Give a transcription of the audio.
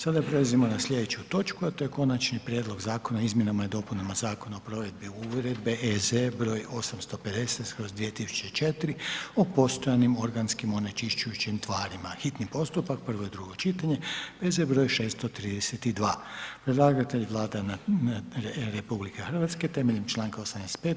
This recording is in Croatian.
Sada prelazimo na sljedeću točku a to je: - Konačni prijedlog zakona o Izmjenama i dopunama Zakona o provedbi Uredbe EZ br. 850/2004 o postojanim organskim onečišćujućim tvarima, hitni postupak, prvo i drugo čitanje, P.Z. br. 632; Predlagatelj Vlada RH temeljem članka 85.